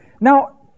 Now